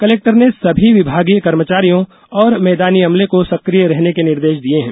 collector ने सभी विभागीय कर्मचारियों और मैदानी अमले को सकिय रहने के निर्देश दिये हैं